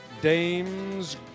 dames